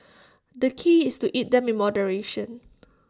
the key is to eat them in moderation